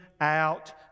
out